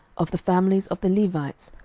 of the families of the levites,